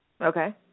Okay